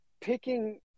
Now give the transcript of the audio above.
picking